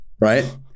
right